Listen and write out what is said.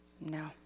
No